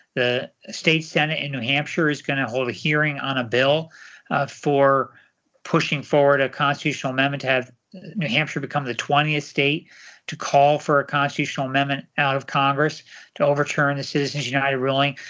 the state senate in new hampshire is going to hold a hearing on a bill for pushing forward a constitutional amendment to have new hampshire become the twentieth state to call for a constitutional amendment out of congress to overturn the citizens united ruling.